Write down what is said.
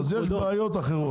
אז יש בעיות אחרות.